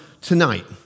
tonight